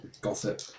gossip